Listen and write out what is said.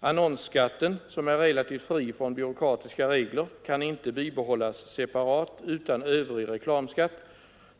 Annonsskatten, som är relativt fri från byråkratiska regler, kan inte bibehållas separat utan övrig reklamskatt.